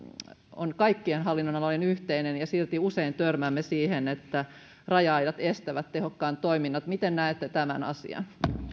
on kaikkien hallinnonalojen yhteinen ja silti usein törmäämme siihen että raja aidat estävät tehokkaan toiminnan miten näette tämän asian